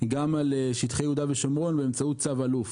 גם על שטחי יהודה ושומרון באמצעות צו אלוף.